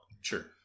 Sure